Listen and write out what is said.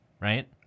right